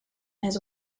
his